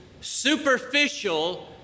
superficial